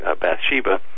Bathsheba